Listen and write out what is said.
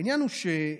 העניין הוא שהבחינה,